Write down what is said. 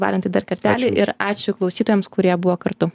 valentai dar kartelį ir ačiū klausytojams kurie buvo kartu